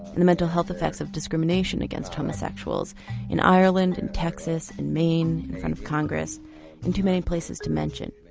and the mental health effects of discrimination against homosexuals in ireland, in texas, in maine, in front of congress in too many places to mention.